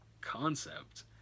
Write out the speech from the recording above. concept